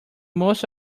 most